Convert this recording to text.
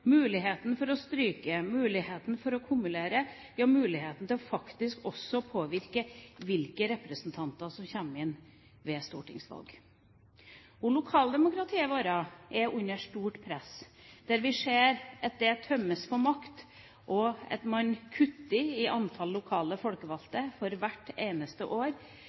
muligheten til å stryke, muligheten til å kumulere og muligheten til også å påvirke hvilke representanter som kommer inn ved stortingsvalg. Lokaldemokratiet vårt er under stort press. Vi ser at det tømmes for makt, og at man kutter i antall lokale folkevalgte hvert eneste år.